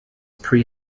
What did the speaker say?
pre